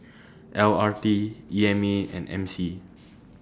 L R T E M A and M C